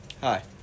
hi